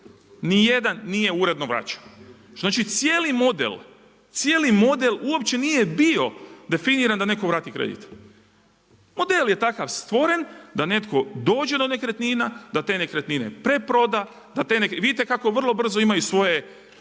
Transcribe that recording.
nijedan, nije uredno vraćen. Znači, cijeli model uopće nije bio definiran da netko vrati kredit. Model je takav stvoren da netko dođe do nekretnina, da te nekretnine preproda, vidite kako vrlo brzo imaju svoje